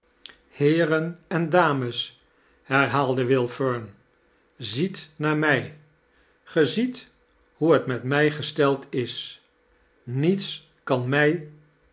heeren en dames herhaalde will fern ziet naar mij ge ziet hoe het met mij gesteld is niets kan mij